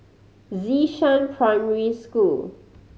Xishan Primary School